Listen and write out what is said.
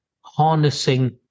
harnessing